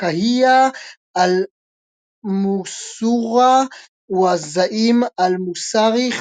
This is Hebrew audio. الفكاهية المصورة و زعيم المسرح في